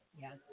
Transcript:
Yes